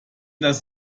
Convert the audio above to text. das